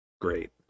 Great